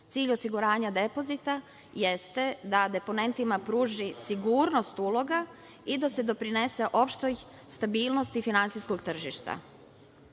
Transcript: Cilj osiguranja depozita jeste da deponentima pruži sigurnost uloga i da se doprinese opštoj stabilnosti finansijskog tržišta.